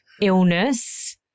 illness